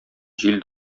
җил